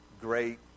Great